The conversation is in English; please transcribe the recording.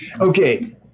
Okay